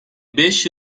beş